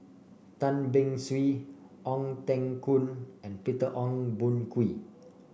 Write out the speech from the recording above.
Tan Beng Swee Ong Teng Koon and Peter Ong Boon Kwee